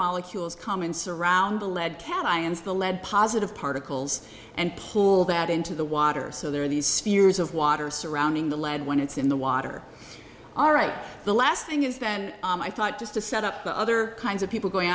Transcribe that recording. molecules come in surround the lead cat ions the lead positive particles and pull that into the water so there are these fears of water surrounding the lead when it's in the water all right the last thing is then i thought just to set up the other kinds of people going